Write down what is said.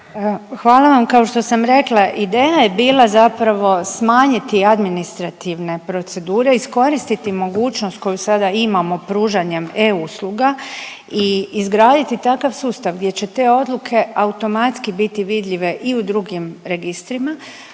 Hvala vam. Kao što sam rekla ideja je bila zapravo smanjiti administrativne procedure, iskoristiti mogućnost koju sada imamo pružanjem e-usluga i izgraditi takav sustav gdje će te odluke automatski biti vidljive i u drugim registrima.